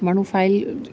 माण्हू फ़ाइल